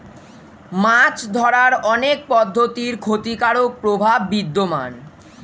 মাছ ধরার অনেক পদ্ধতির ক্ষতিকারক প্রভাব বিদ্যমান